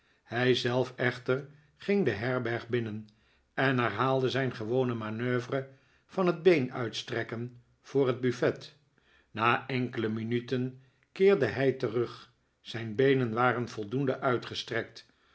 hij zelf echter ging de herberg binnen en herhaalde zijn gewone manoeuvre van het beenuitstrekken voor het buffet na enkele rninuten keerde hij terug zijn beenen waren voldoende uitgestrekt